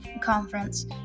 conference